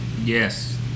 Yes